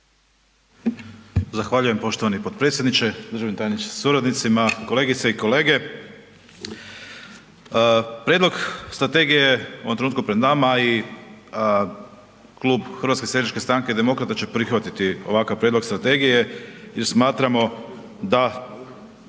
Zahvaljujem poštovani podpredsjedniče, državni tajniče sa suradnicima, kolegice i kolege. Prijedlog Strategije je u ovom trenutku pred nama i Klub Hrvatske seljačke stranke i Demokrata će prihvatiti ovakav prijedlog Strategije, jer smatramo da